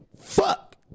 fuck